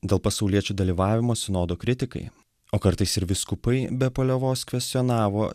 dėl pasauliečių dalyvavimo sinodo kritikai o kartais ir vyskupai be paliovos kvestionavo